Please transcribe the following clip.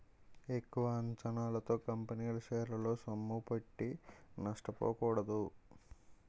ఎక్కువ అంచనాలతో కంపెనీల షేరల్లో సొమ్ముపెట్టి నష్టపోకూడదు